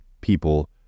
people